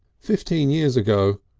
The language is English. fifteen years ago,